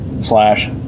Slash